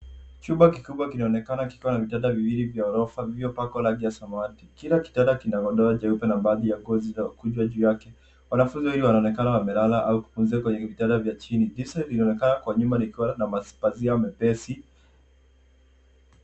Chumba kikubwa kinaonekana kikiwa na vitanda viwili vya ghorofa vilivyopakwa rangi ya samawati. Kila kitanda kina godoro jeupe na baadhi ya nguo zilizokunjwa juu yake. Wanafunzi wawili wanaonekana wamelala au kupumzika kwenye vitanda vya chini. Dirisha vinaonekana kwa nyuma likiwa na mapazia mepesi.